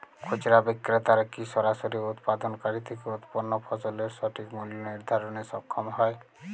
খুচরা বিক্রেতারা কী সরাসরি উৎপাদনকারী থেকে উৎপন্ন ফসলের সঠিক মূল্য নির্ধারণে সক্ষম হয়?